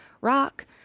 rock